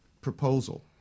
proposal